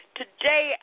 today